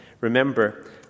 Remember